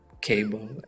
cable